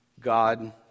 God